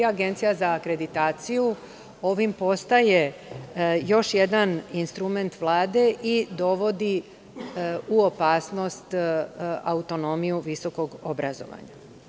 Agencija za akreditaciju ovim postaje još jedan instrument Vlade i dovodi u opasnost autonomiju visokog obrazovanja.